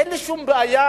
אין לי שום בעיה,